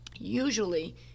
Usually